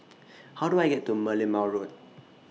How Do I get to Merlimau Road